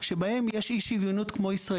שבהן יש אי-שוויוניות כמו ישראל.